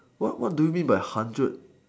what what do you mean by hundred